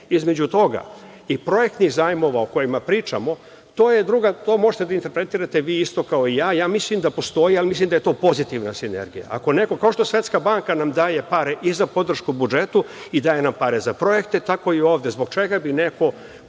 između toga i projektnih zajmova o kojima pričamo, to možete da interpretirate vi isto kao i ja. Ja mislim da postoji, ali mislim da je to pozitivna sinergija. Ako neko kao što nam Svetska banka daje pare i za podršku budžeta i daje nam pare za projekte, tako je i ovde. Zbog čega neko